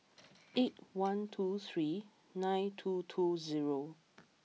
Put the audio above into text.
eight one two three nine two two zero